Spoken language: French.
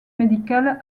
médicale